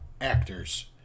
actors